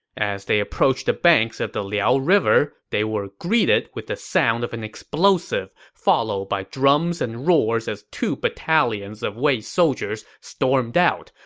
as they approached the banks of the liao river, they were greeted with the sound of an explosive, followed by drums and roars as two battalions of wei soldiers stormed out,